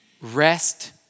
Rest